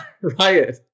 riot